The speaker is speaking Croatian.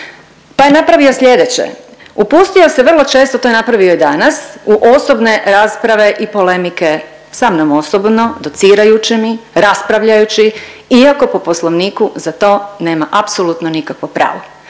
pa je napravio sljedeće. Upustio se vrlo često, to je napravio i danas u osobne rasprave i polemike sa mnom osobno docirajući mi, raspravljajući iako po Poslovniku za to nema apsolutno nikakvo pravo.